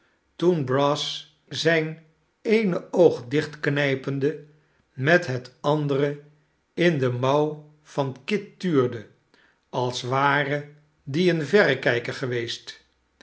toen brass zijn eene oog dichtknijpende met het andere in de mouw van kit tuurde als ware die een verrekijker geweest